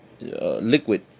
liquid